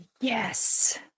yes